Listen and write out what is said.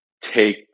take